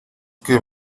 que